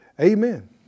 Amen